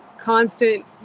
constant